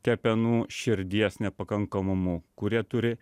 kepenų širdies nepakankamumu kurie turi